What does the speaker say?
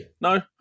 no